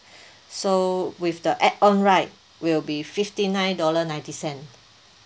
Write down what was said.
so with the add on right will be fifty nine dollar ninety cent